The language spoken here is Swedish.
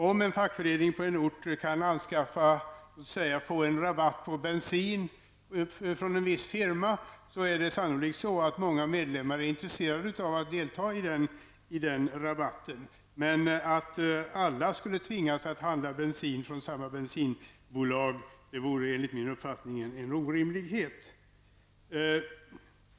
Om en fackförening på en ort kan få en rabatt på bensin från en viss firma, är det sannolikt att många medlemmar är intresserade av att få denna rabatt. Men att alla skulle tvingas att handla bensin från samma bensinbolag vore enligt min uppfattning en orimlighet.